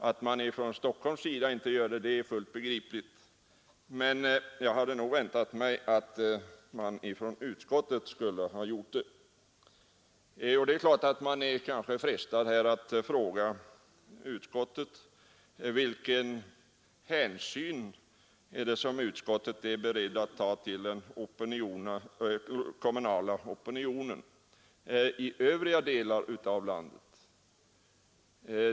Att man från Stockholms sida inte gör så är fullt begripligt, men jag hade nog väntat mig att så skulle ha skett från utskottet. Det är frestande att fråga utskottet vilken hänsyn man är beredd att ta till den kommunala opinionen i övriga delar av landet.